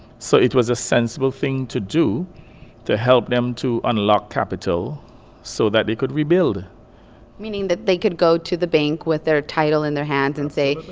so it was a sensible thing to do to help them to unlock capital so that they could rebuild meaning that they could go to the bank with their title in their hands and say,